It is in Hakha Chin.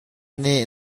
nih